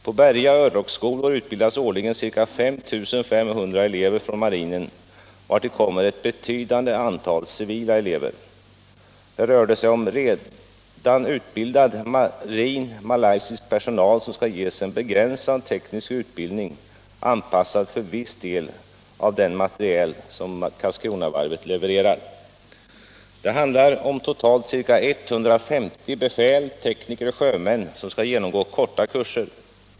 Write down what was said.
På Berga örlogsskolor utbildas årligen ca 5 500 elever från marinen, vartill kommer ett betydande antal civila elever. Här rör det sig om redan utbildad marin malaysisk personal som skall ges en begränsad teknisk utbildning anpassad för viss del av den materiel som Karlskronavarvet levererar. Det handlar om totalt ca 150 befäl, tekniker och sjömän som skall genomgå korta kurser.